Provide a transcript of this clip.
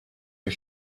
are